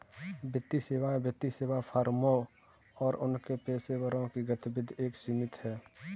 वित्तीय सेवाएं वित्तीय सेवा फर्मों और उनके पेशेवरों की गतिविधि तक सीमित हैं